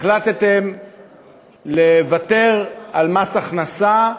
החלטתם לוותר על מס הכנסה,